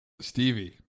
Stevie